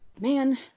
man